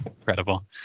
incredible